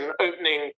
opening